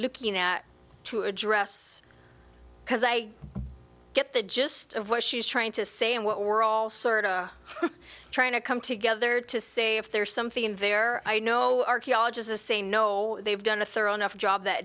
looking at to address because i get the gist of what she's trying to say and what we're all sort of trying to come together to say if there's something in there i know archaeologists to say no they've done a thorough enough job that